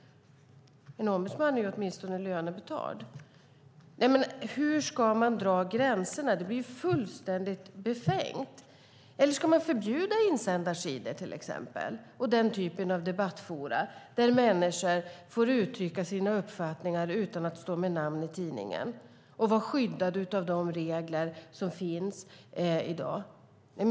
En ombudsman är åtminstone lönebetald. Hur ska man alltså dra gränserna? Det blir fullständigt befängt. Eller ska man förbjuda insändarsidor och den typen av debattforum där människor får uttrycka sina uppfattningar utan att stå med namn i tidningen och där de är skyddade av de regler som finns i dag?